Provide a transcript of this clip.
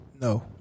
No